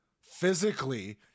physically